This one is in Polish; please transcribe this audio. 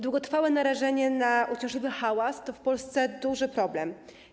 Długotrwałe narażanie na uciążliwy hałas to w Polsce duży problem.